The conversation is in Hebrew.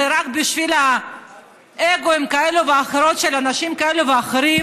זה רק בשביל אגו כזה או אחר של אנשים כאלה או אחרים,